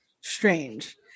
strange